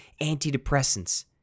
antidepressants